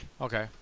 Okay